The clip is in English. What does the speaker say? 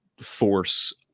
force